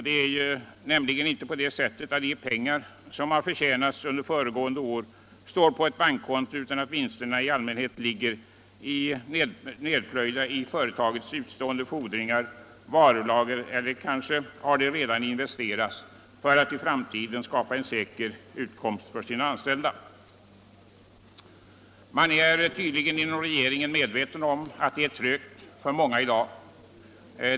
Det är nämligen inte så att de pengar som har förtjänats under föregående år står på ett bankkonto, utan vinsterna ligger i allmänhet nedplöjda i företagets utestående fordringar eller i varulager eller har kanske redan investerats för att i framtiden skapa en säker utkomst för de anställda. Man är tydligen inom regeringen medveten om att det är trögt för många företag i dag.